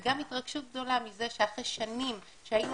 וגם התרגשות גדולה מזה שאחרי שנים שהיינו